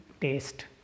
taste